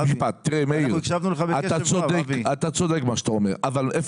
אתה צודק במה שאתה אומר אבל אני אומר לך